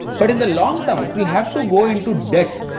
but in the long term it will have to go into debt,